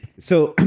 so, and